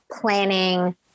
planning